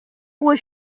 was